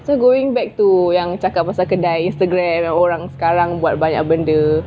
so going back to yang cakap pasal kedai Instagram and orang sekarang banyak buat benda